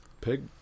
Pig